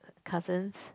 castles